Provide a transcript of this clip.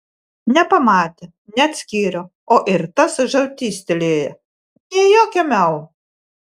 nepamatė neatskyrė o ir tas žaltys tylėjo nė jokio miau